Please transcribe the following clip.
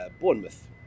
Bournemouth